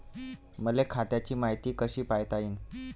मले खात्याची मायती कशी पायता येईन?